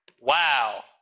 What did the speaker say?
Wow